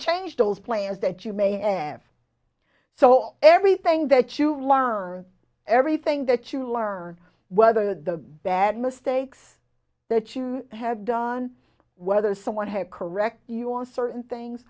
change those players that you may have so everything that you learn everything that you learn whether the bad mistakes that you had done whether someone had correct you on certain things